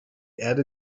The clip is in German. erde